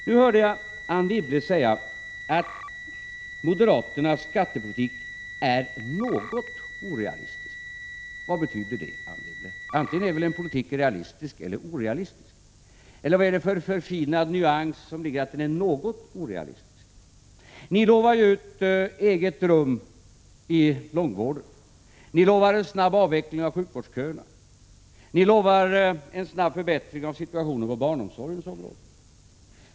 Nu hörde jag Anne Wibble säga att moderaternas skattepolitik är ”något” orealistisk. Vad betyder det? Antingen är en politik realistisk eller orealistisk. Eller vilken förfinad nyans ligger i att den är något orealistisk? Ni utlovar eget rum åt var och en i långvården, och ni utlovar en snabb avveckling av sjukvårdsköerna. Ni utlovar också en snabb förbättring av situationen på barnomsorgens område.